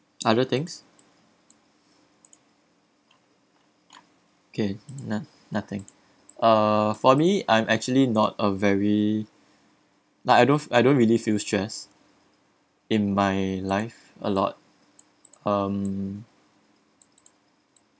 other things kay not nothing uh for me I'm actually not a very like I don't I don't really feel stress in my life a lot um